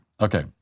Okay